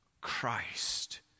Christ